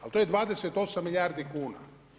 Ali to je 28 milijardi kuna.